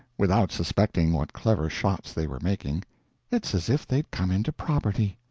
without suspecting what clever shots they were making it's as if they'd come into property.